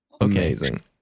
Amazing